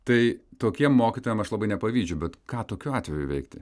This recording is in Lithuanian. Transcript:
tai tokiem mokytojam aš labai nepavydžiu bet ką tokiu atveju veikti